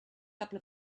couple